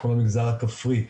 כל המגזר הכפרי,